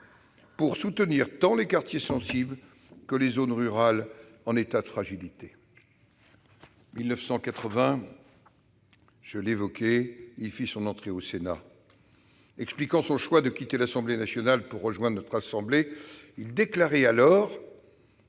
pour soutenir tant les quartiers sensibles que les zones rurales fragilisées. En 1980, il fit donc son entrée au Sénat. Expliquant son choix de quitter l'Assemblée nationale pour rejoindre notre assemblée, il déclarait alors